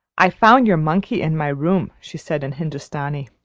i found your monkey in my room, she said in hindustani.